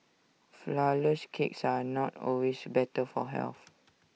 Flourless Cakes are not always better for health